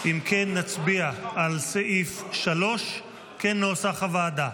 אם כן, נצביע על סעיף 3 כנוסח הוועדה.